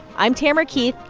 i'm tamara keith.